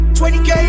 20k